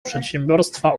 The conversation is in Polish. przedsiębiorstwa